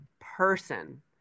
person